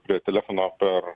prie telefono per